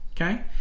Okay